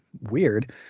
weird